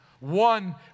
One